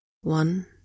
One